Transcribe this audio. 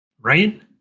right